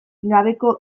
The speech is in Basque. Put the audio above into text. gabeko